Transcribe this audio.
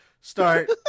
start